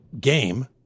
game